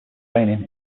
training